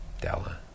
Della